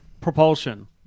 propulsion